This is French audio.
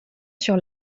sur